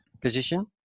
position